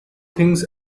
things